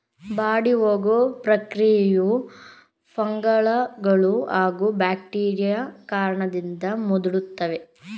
ಬಾಡಿಹೋಗೊ ಪ್ರಕ್ರಿಯೆಯು ಫಂಗಸ್ಗಳೂ ಹಾಗೂ ಬ್ಯಾಕ್ಟೀರಿಯಾ ಕಾರಣದಿಂದ ಮುದುಡ್ತವೆ